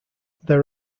there